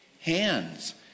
Hands